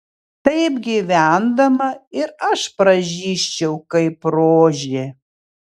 taip gyvendama ir aš pražysčiau kaip rožė